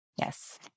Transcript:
Yes